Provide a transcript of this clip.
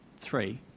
three